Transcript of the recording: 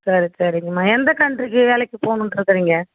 சரி சரிங்கம்மா எந்த கன்ட்ரிக்கு வேலைக்கு போணுன்ருக்கிறீங்க